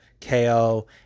KO